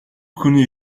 хүний